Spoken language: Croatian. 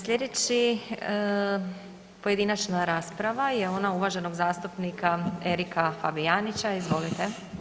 Slijedeća pojedinačna rasprava je ona uvaženog zastupnika Erika Fabijanića, izvolite.